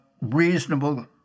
reasonable